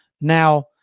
Now